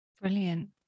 Brilliant